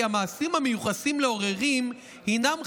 כי המעשים המיוחסים לעוררים הינם חמורים,